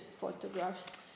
photographs